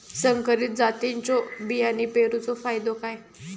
संकरित जातींच्यो बियाणी पेरूचो फायदो काय?